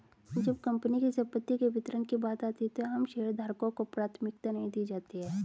जब कंपनी की संपत्ति के वितरण की बात आती है तो आम शेयरधारकों को प्राथमिकता नहीं दी जाती है